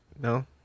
No